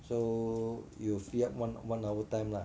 so you will free up one one hour time lah